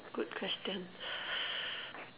good question